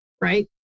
Right